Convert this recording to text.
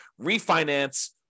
refinance